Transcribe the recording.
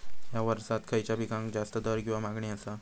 हया वर्सात खइच्या पिकाक जास्त दर किंवा मागणी आसा?